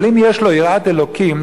אבל אם יש לו יראת אלוקים,